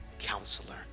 counselor